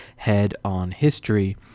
#HeadOnHistory